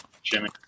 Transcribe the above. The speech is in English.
Jimmy